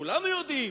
כולנו יודעים,